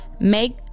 Make